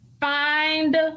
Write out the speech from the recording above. Find